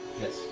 Yes